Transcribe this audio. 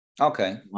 Okay